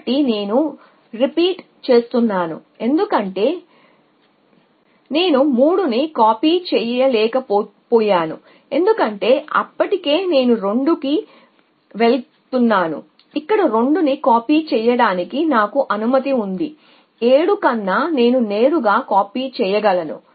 కాబట్టి నేను రిపీట్ చేస్తున్నాను ఎందుకంటే నేను 3 ని కాపీ చేయలేకపోయాను ఎందుకంటే అప్పటికే నేను 2 కి వెళ్తున్నాను ఇక్కడ 2 ని కాపీ చేయడానికి నాకు అనుమతి ఉంది 7 కన్నా నేను నేరుగా కాపీ చేయగలను